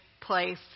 place